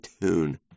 tune